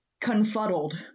Confuddled